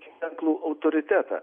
ženklų autoritetą